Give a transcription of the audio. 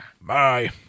Bye